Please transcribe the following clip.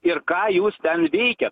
ir ką jūs ten veikiat